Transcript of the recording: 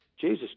Jesus